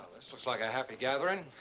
this looks like a happy gathering.